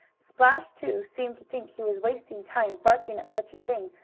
splash, too, seemed to think he was wasting time barking at such a thing,